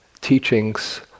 teachings